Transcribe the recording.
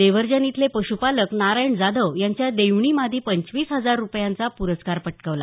देवर्जन इथले पशूपालक नारायण जाधव यांच्या देवणी मादी पंचवीस हजार रुपयांचा प्रस्कार पटकावला